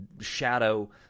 shadow